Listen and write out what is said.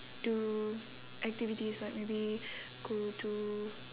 do activities like maybe go to